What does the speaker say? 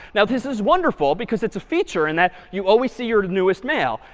now, this is wonderful because it's a feature in that you always see your newest mail.